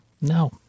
No